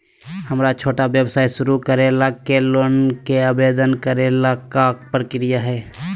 हमरा छोटा व्यवसाय शुरू करे ला के लोन के आवेदन करे ल का प्रक्रिया हई?